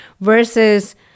versus